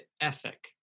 ethic